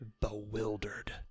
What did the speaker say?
bewildered